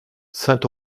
saint